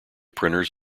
printers